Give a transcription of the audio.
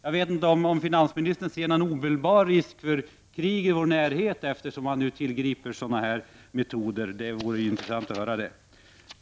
Jag vet inte om finansministern ser en omedelbar risk för krig i vår närhet, eftersom han nu tillgriper sådana här metoder. Det vore intressant att få höra.